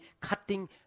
cutting